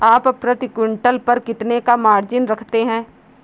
आप प्रति क्विंटल पर कितने का मार्जिन रखते हैं?